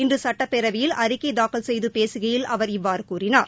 இன்று சட்டப்பேரவையில் அறிக்கை தாக்கல் செய்து பேசுகையில் அவர் இவ்வாறு கூறினார்